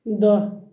دَہ